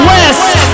West